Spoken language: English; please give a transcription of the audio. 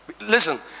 Listen